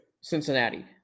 Cincinnati